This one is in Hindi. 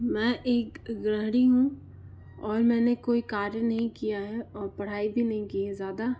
मैं एक ग्रहणी हूँ और मैंने कोई कार्य नहीं किया है और पढ़ाई भी नहीं की है ज़्यादा